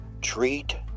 Treat